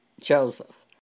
Joseph